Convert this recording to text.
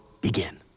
begin